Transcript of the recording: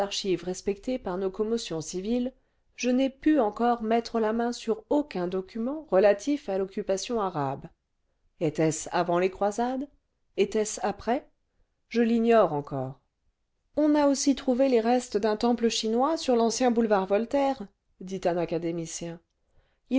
respectés par nos commotions civiles je n'ai pu encore mettre la main sur aucun document relatif à l'occupation arabe était-ce avant les croisades était-ce après je l'ignore encore on a aussi trouvé les restes d'un temple chinois sur l'ancien boulevard voltaire dit un académicien il